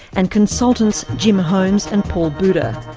and consultants jim holmes and paul but